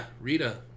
Rita